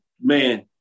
man